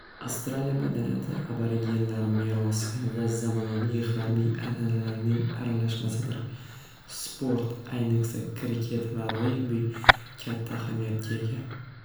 Avstraliya madaniyati aborigenlar merosi va zamonaviy g'arbiy an'analarning aralashmasidir sport ayniqsa kriket va regbi katta ahamiyatga ega.